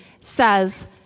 says